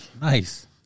Nice